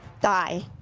Die